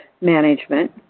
management